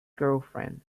girlfriend